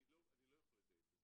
אני לא יכול לדייק בזה.